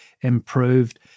improved